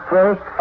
First